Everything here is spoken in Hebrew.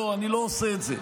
לא, אני לא עושה את זה.